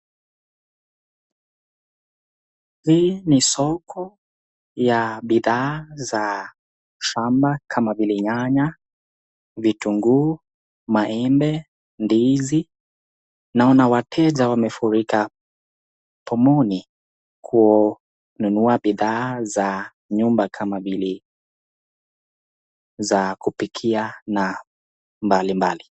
Hii ni soko ya bidhaa za shamba kama vile: nyanya vitunguu, maembe, ndizi, naona wateja wamefurika pomoni kununua bidhaa za nyumba kama zile za kupikia na mbalimbali.